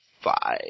five